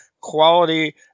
quality